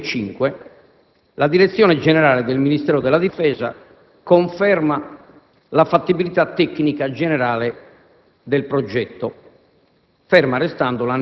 Alla fine del 2005 la Direzione generale del Ministero della difesa conferma la fattibilità tecnica generale del progetto,